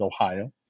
Ohio